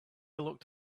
locked